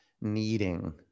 kneading